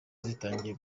zitangiye